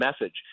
message